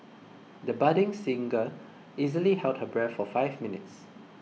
the budding singer easily held her breath for five minutes